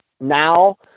now